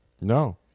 No